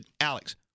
Alex